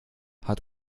hat